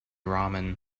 ramen